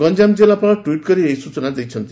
ଗଞ୍ଚାମ ଜିଲ୍ଲାପାଳ ଟି୍ଟ୍ କରି ଏହି ସୂଚନା ଦେଇଛନ୍ତି